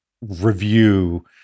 review